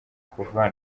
kuva